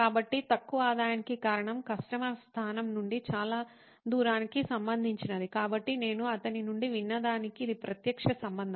కాబట్టి తక్కువ ఆదాయానికి కారణం కస్టమర్ స్థానం నుండి చాలా దూరానికి సంబంధించినది కాబట్టి నేను అతని నుండి విన్నదానికి ఇది ప్రత్యక్ష సంబంధం